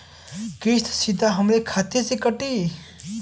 किस्त सीधा हमरे खाता से कटी?